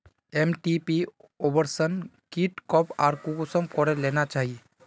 MTP abortion kit कब आर कुंसम करे लेना चही?